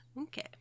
Okay